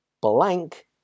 blank